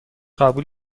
قبول